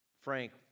Frank